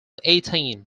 eighteen